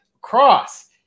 Cross